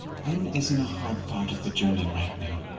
blynn is in a hard part of the journey right now.